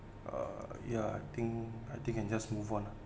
uh ya I think I think can just move on lah